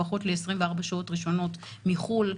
לפחות ל-24 השעות הראשונות מחו"ל,